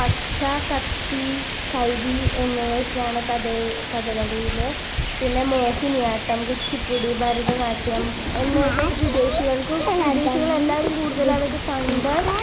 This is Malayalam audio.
പച്ച കത്തി കരി എന്നിവയൊക്കെയാണ് കഥകളിയിൽ പിന്നെ മോഹിനിയാട്ടം കുച്ചിപ്പുടി ഭാരതനാട്യം എന്നിവയൊക്കെ വിദേശികൾക്ക് വിദേശികൾ എല്ലാവരും കൂടുതൽ അതൊക്കെ കണ്ട്